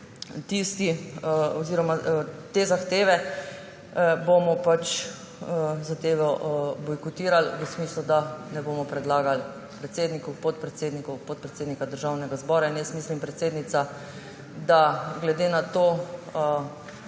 izpolnjene te zahteve, bomo zadevo bojkotirali v smislu, da ne bomo predlagali predsednikov, podpredsednikov, podpredsednika Državnega zbora. In mislim, predsednica, da boste, glede na to,